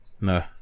no